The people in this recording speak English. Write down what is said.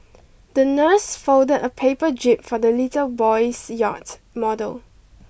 the nurse folded a paper jib for the little boy's yacht model